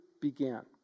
began